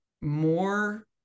more